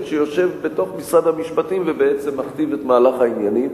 שיושב במשרד המשפטים ובעצם מכתיב את מהלך העניינים,